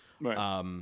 Right